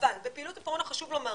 אבל בפעילות הקורונה חשוב לומר,